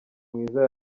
mwiza